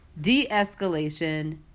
de-escalation